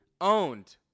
owned